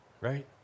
right